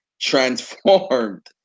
transformed